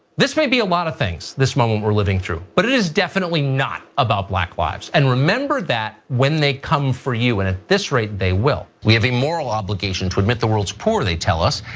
this may be a lot of things, this moment we're living through, but it is definitely not about black lives. and remember that when they come for you, and at this rate, they will. we have a moral obligation to admit the world's poor, they tell us,